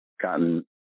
gotten